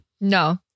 No